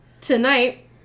tonight